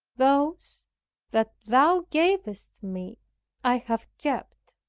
those that thou gavest me i have kept,